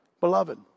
Beloved